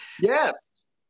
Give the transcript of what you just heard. Yes